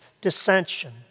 dissension